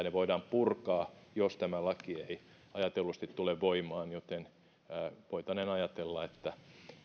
ne voidaan purkaa jos tämä laki ei ajatellusti tule voimaan joten voitaneen ajatella että